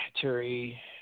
Terry